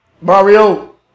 Mario